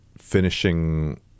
Finishing